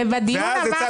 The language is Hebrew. אמרנו את זה בדיון הקודם.